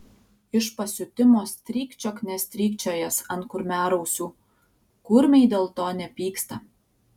iš pasiutimo strykčiok nestrykčiojęs ant kurmiarausių kurmiai dėl to nepyksta